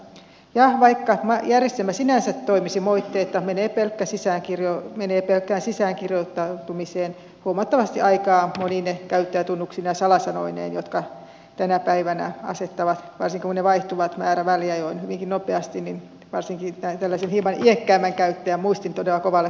ja vaikka järjestelmä sinänsä toimisi moitteetta menee pelkkään sisäänkirjoittautumiseen huomattavasti aikaa monine käyttäjätunnuksineen ja salasanoineen jotka tänä päivänä asettavat varsinkin kun ne vaihtuvat määräväliajoin hyvinkin nopeasti varsinkin tällaisen hieman iäkkäämmän käyttäjän muistin todella kovalle koetukselle